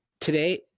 today